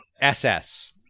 SS